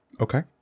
Okay